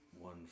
one